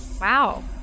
Wow